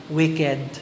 wicked